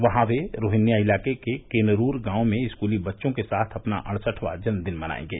वहां वे रोहिन्या इलाके के केनरूर गांव में स्कूली बच्चों के साथ अपना अड़सठवां जन्मदिन मनइहें